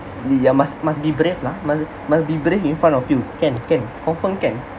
yeah must must be brave lah must must be brave in front of you can can confirm can